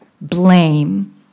blame